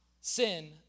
sin